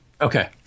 Okay